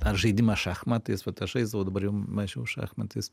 ar žaidimas šachmatais vat aš žaisdavau dabar jau mažiau šachmatais